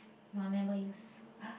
I'll never use